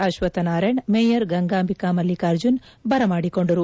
Ashwath Narayana mayor Gangambika Mallikarjun ಬರಮಾಡಿಕೊಂಡರು